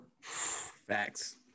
Facts